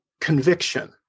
conviction